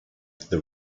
the